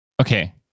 Okay